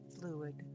Fluid